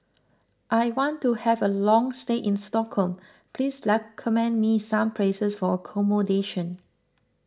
I want to have a long stay in Stockholm please recommend me some places for accommodation